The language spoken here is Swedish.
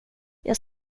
jag